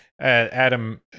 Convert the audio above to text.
adam